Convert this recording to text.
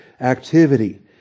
activity